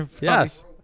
Yes